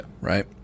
Right